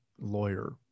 lawyer